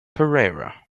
pereira